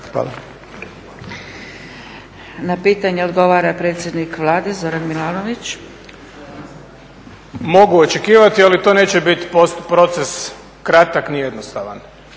Na pitanje odgovara predsjednik Vlade Zoran Milanović. **Milanović, Zoran (SDP)** Mogu očekivati, ali to neće biti proces kratak ni jednostavan.